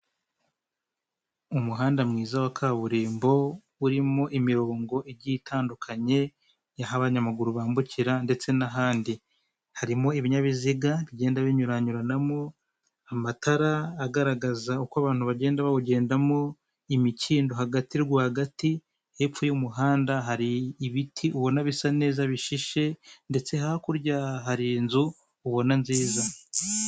Moto ebyiri ziri mu muhanda zihetse abagenzi iy'inyuma itwaye umugabo ufite igikarito mu ntoki. Iy'imbere ifite utwaye igikapu mu mugongo ku ruhande yateye ubusitani n'imikindo.